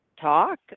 talk